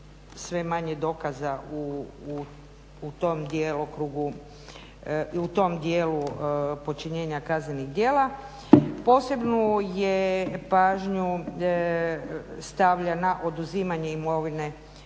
u tom djelokrugu, u tom djelu počinjenja kaznenog djela. Posebnu je pažnju stavio na oduzimanje imovine